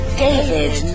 David